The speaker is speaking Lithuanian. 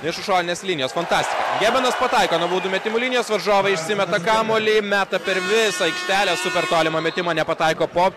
iš už šoninės linijos fantastika gebenas pataiko nuo baudų metimų linijos varžovai išsimeta kamuolį meta per visą aikštelę super tolimą metimą nepataiko po